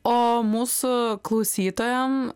o mūsų klausytojam